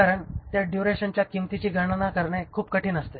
कारण त्या ड्युरेशनच्यी किंमतीची गणना करणे खूप कठीण असते